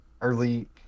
early